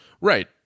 right